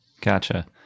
Gotcha